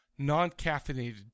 Non-caffeinated